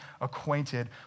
acquainted